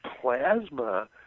plasma